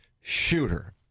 Shooter